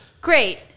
Great